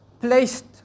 placed